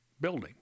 building